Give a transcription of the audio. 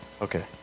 Okay